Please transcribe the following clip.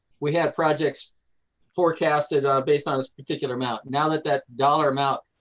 we had projects forecasted based on a particular amount. now that that dollar amount,